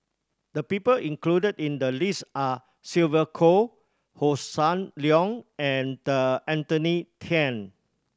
the people included in the list are Sylvia Kho Hossan Leong and Anthony Then